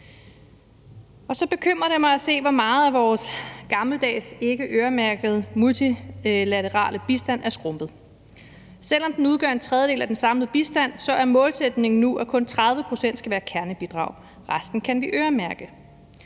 Så bekymrer det mig at se, hvor meget vores gammeldags ikkeøremærkede multilaterale bistand er skrumpet. Selv om den udgør en tredjedel af den samlede bistand, er målsætningen nu, at kun 30 pct. skal være kernebidrag. Resten kan vi øremærke.